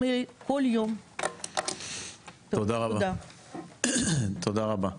תודה רבה.